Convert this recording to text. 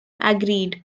agreed